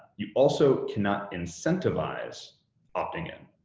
you also cannot incentivize opting in.